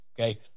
okay